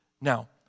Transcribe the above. Now